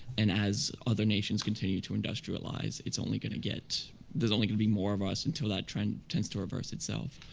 and as other nations continue to industrialize, it's only going to get there's only going to be more of us until that trend tends to reverse itself.